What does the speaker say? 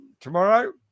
tomorrow